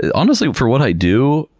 and honestly for what i do,